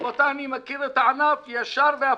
רבותיי, אני מכיר את הענף ישר והפוך,